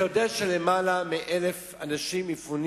אתה יודע שיותר מ-1,000 אנשים מפונים